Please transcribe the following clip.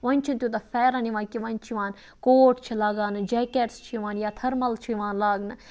وۄنۍ چھُنہٕ تیوٗتاہ پھیٚرَن یوان کینٛہہ وۄنۍ چھُ یِوان کوٹ چھ لاگان جیٚکیٚٹس چھِ یِوان یا تھٔرمَل چھِ یِوان لاگنہٕ